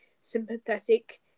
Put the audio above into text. sympathetic